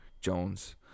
Jones